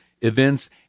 events